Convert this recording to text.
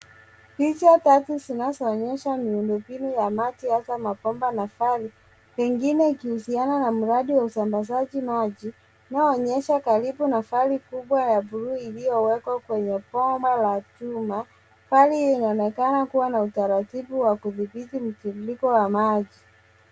Picha tatu zinazoonyesha miundombinu ya maji hasa mabomba mapana, pengine ikuhusiana na mradi wa usambazaji maji inayoonyesha karibu na valve kubwa ya bluu inayowekwa kwenye bomba la chuma. Vali hii inaonekana kuwa na utaratibu wa kudhibiti mtiririko wa maji.